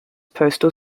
postal